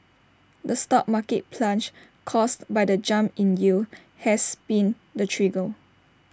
the stock market plunge caused by the jump in yields has been the trigger